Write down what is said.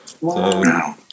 Wow